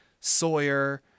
Sawyer